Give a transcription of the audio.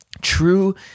True